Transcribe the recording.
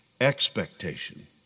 Expectation